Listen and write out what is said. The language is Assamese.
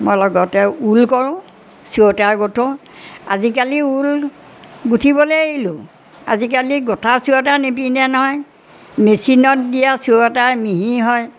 মই লগতে ঊল কৰোঁ চুৱেটাৰ গোঠোঁ আজিকালি ঊল গুঠিবলৈ এৰিলোঁ আজিকালি গোঠা চুৱেটাৰ নিপিন্ধে নহয় মেচিনত দিয়া চুৱেটাৰ মিহি হয়